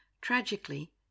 Tragically